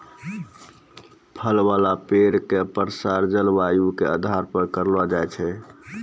फल वाला पेड़ के प्रसार जलवायु के आधार पर करलो जाय छै